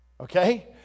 Okay